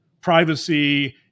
privacy